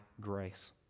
grace